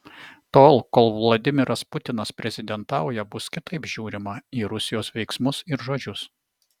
tol kol vladimiras putinas prezidentauja bus kitaip žiūrima į rusijos veiksmus ir žodžius